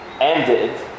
ended